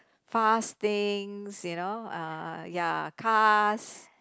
fast things you know uh ya cars